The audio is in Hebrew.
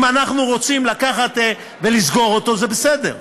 אם אנחנו רוצים לקחת ולסגור אותו, זה בסדר.